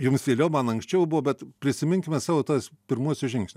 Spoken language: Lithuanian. jums vėliau man anksčiau buvo bet prisiminkime savo tuos pirmuosius žingsnius